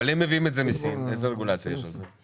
אבל אם מביאים את זה מסין, איזה רגולציה יש על זה?